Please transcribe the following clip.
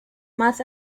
más